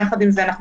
עם זאת,